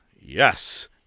yes